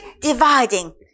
dividing